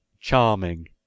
Charming